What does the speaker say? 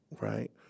right